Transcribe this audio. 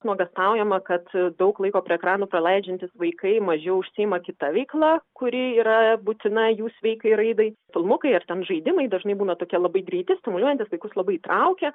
nuogąstaujama kad daug laiko prie ekranų praleidžiantys vaikai mažiau užsiima kita veikla kuri yra būtina jų sveikai raidai filmukai ar ten žaidimai dažnai būna tokie labai greiti stimuliuojantys vaikus labai įtraukia